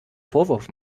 vorwurf